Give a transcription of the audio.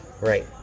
right